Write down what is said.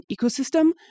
ecosystem